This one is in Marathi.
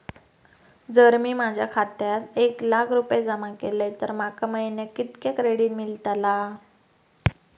जर मी माझ्या खात्यात एक लाख रुपये जमा केलय तर माका महिन्याक कितक्या क्रेडिट मेलतला?